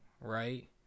right